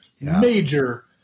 major